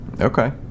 okay